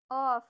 off